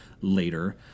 later